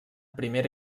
primera